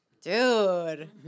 dude